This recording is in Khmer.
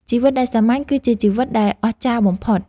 ជីវិតដែលសាមញ្ញ គឺជាជីវិតដែលអស្ចារ្យបំផុត។